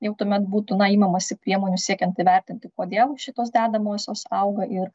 jau tuomet būtų na imamasi priemonių siekiant įvertinti kodėl šitos dedamosios auga ir